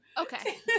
Okay